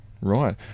Right